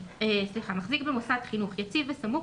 בהקראה: "שילוט 4. מחזיק במוסד חינוך יציב בסמוך